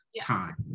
time